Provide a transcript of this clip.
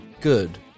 good